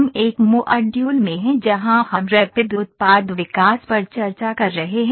हम एक मॉड्यूल में हैं जहां हम रैपिड उत्पाद विकास पर चर्चा कर रहे हैं